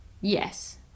Yes